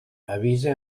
avisa